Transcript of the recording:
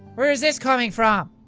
where is this coming from?